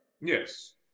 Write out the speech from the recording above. Yes